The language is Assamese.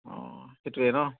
অঁ সেইটোৱে ন